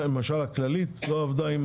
למשל הכללית, היא אף פעם לא עבדה עם